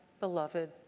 beloved